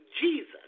Jesus